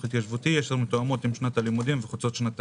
התיישבותי אשר מתואמות עם שנת הלימודים וחוצות שנת תקציב.